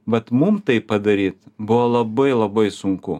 vat mum taip padaryt buvo labai labai sunku